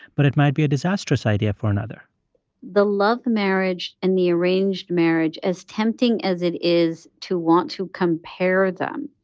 but it might be a disastrous disastrous idea for another the love the marriage and the arranged marriage, as tempting as it is to want to compare them,